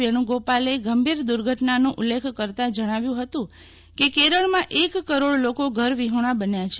વેશ્વુગોપાલે ગંભીર દુર્ઘટનાનો ઉલ્લેખ કરતાં જજ્ઞાવ્યું કે કેરળમાં એક કરોડ લોકો ઘરવિહોજ્ઞા બન્યા છે